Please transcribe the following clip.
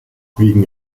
wegen